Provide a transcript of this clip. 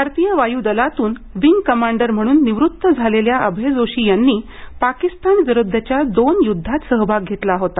भारतीय वायुदलातून wing commander म्हणून निवृत्त झालेल्या अभय जोशी यांनी पाकिस्तानविरुध्दच्या दोन युध्दात सहभाग घेतला होता